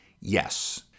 yes